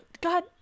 god